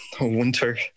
Winter